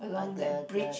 uh the the